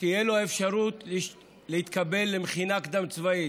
שתהיה לו האפשרות להתקבל למכינה קדם-צבאית.